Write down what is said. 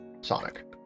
Sonic